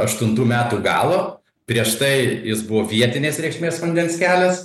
aštuntų metų galo prieš tai jis buvo vietinės reikšmės vandens kelias